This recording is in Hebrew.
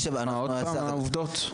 מה, עוד פעם העובדות?